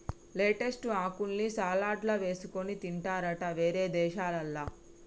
lettuce ఆకుల్ని సలాడ్లల్ల వేసుకొని తింటారట వేరే దేశాలల్ల